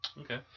Okay